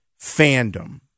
fandom